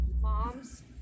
moms